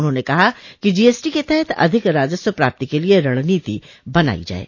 उन्होंने कहा कि जीएसटी के तहत अधिक राजस्व प्राप्ति के लिए रणनीति बनाई जाये